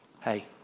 hey